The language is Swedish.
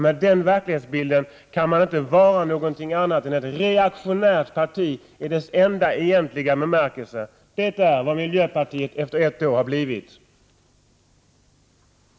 Med den verklighetsbilden kan man inte vara något annat än ett reaktionärt parti i dess enda egentliga bemärkelse. Det är vad miljöpartiet har blivit efter ett år.